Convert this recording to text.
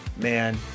Man